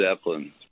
Zeppelin